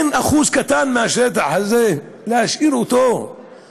אין אחוז קטן מהשטח הזה להשאיר לבית-עלמין,